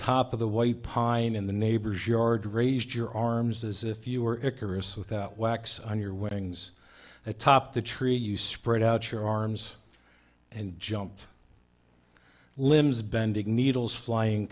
top of the white pine in the neighbor's yard raised your arms as if you were icarus without wax on your wings atop the tree you spread out your arms and jumped limbs bending needles flying